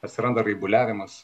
atsiranda raibuliavimas